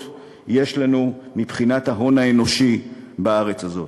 יש לנו מבחינת ההון האנושי בארץ הזאת.